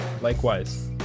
likewise